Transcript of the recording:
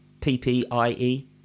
P-P-I-E